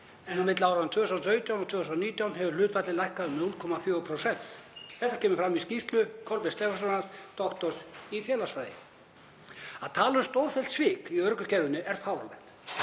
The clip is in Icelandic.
en á milli áranna 2017 og 2019 hefur hlutfallið lækkað um 0,4%. Þetta kemur fram í skýrslu Kolbeins Stefánssonar, doktors í félagsfræði. Að tala um stórfelld svik í örorkukerfinu er fáránlegt.